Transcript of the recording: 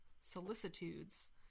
solicitudes